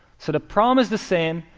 sort of problem is the same,